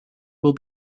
will